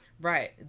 Right